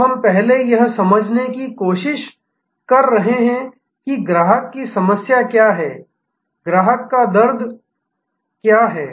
तो हम पहले यह समझने की कोशिश कर रहे हैं कि ग्राहक की समस्या क्या है ग्राहक दर्द क्या है